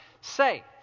say